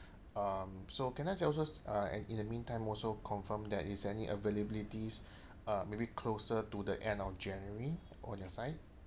um so can I ju~ also uh in the meantime also confirm there is any availabilities uh maybe closer to the end of january on your side